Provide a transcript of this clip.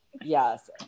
Yes